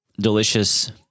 delicious